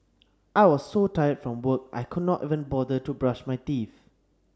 I was so tired from work I could not even bother to brush my teeth